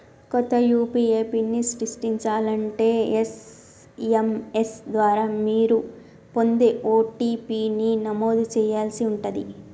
కొత్త యూ.పీ.ఐ పిన్ని సృష్టించాలంటే ఎస్.ఎం.ఎస్ ద్వారా మీరు పొందే ఓ.టీ.పీ ని నమోదు చేయాల్సి ఉంటాది